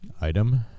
Item